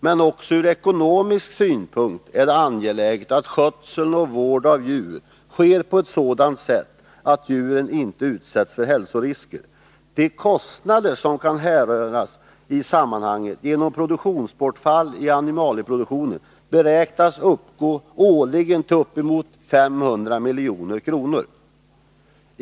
Men också ur ekonomisk synpunkt är det angeläget att skötsel och vård av djur sker på ett sådant sätt att djuren inte utsätts för hälsorisker. De kostnader i sammanhanget som kan hänföras till bortfall i animalieproduktionen beräknas årligen uppgå till uppemot 500 milj.kr.